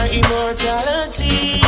immortality